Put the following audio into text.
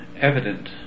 evident